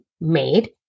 made